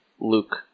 Luke